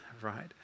right